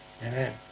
Amen